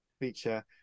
feature